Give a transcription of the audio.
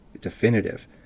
definitive